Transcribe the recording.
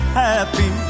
happy